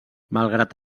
malgrat